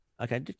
okay